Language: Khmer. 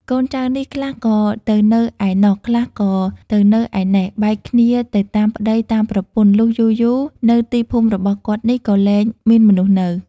កូនចៅនេះ ខ្លះក៏ទៅនៅឯណោះ ខ្លះក៏ទៅនៅឯណេះ បែកគ្នាទៅតាមប្តី តាមប្រពន្ធ លុះយូរៗ ទៅទីភូមិរបស់គាត់នេះ ក៏លែងមានមនុស្សនៅ ។